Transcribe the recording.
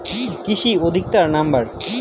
কৃষি অধিকর্তার নাম্বার?